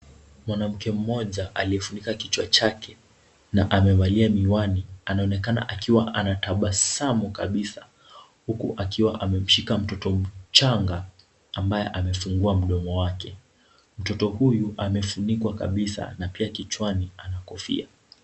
Mwanamke mmoja aliyefunika kichwa chake na amevalia miwani, anaonekana akiwa anatabasamu kabisa, huku akiwa amemshika mtoto mchanga ambaye amefungua mdomo wake. Mtoto huyu amefunikwa kabisa na pia kichwani ana kofia.